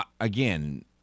again